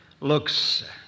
looks